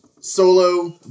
solo